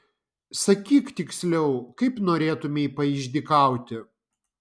sakyk tiksliau kaip norėtumei paišdykauti